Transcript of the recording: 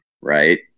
right